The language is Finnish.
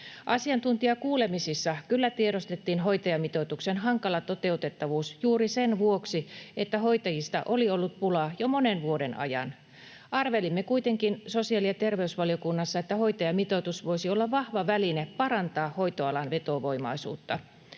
Asiantuntijakuulemisissa kyllä tiedostettiin hoitajamitoituksen hankala toteutettavuus juuri sen vuoksi, että hoitajista oli ollut pulaa jo monen vuoden ajan. Arvelimme kuitenkin sosiaali- ja terveysvaliokunnassa, että hoitajamitoitus voisi olla vahva väline parantaa hoitoalan vetovoimaisuutta.